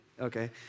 Okay